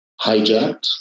hijacked